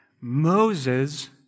Moses